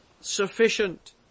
sufficient